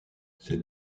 ces